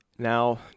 Now